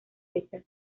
fechas